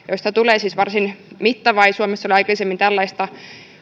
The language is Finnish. josta tulee siis varsin mittava ei suomessa ole aikaisemmin tällaista